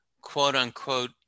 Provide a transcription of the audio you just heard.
quote-unquote